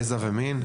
גזע ומין.